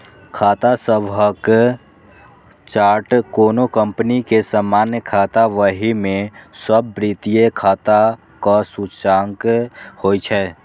खाता सभक चार्ट कोनो कंपनी के सामान्य खाता बही मे सब वित्तीय खाताक सूचकांक होइ छै